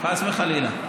חס וחלילה.